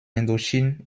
indochine